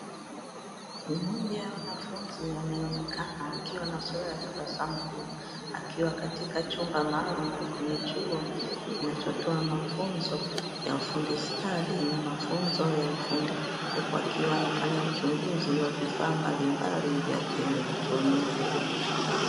Mmoja wa wanafunzi anaonekana akiwa ana sura ya tabasamu kubwa, Akiwa katika chumba maalumu, kwenye chuo kinachotoa mafunzo ya ufundi stadi na mafunzo ya ufundi, huku akiwa anafanya uchunguzi wa vifaa mbalimbali vya kielektroniki.